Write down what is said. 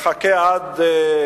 נחכה עד